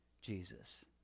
Jesus